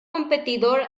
competidor